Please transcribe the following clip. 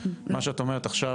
מה שאת אומרת עכשיו,